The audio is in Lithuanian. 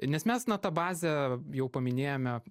nes mes na ta bazę jau paminėjome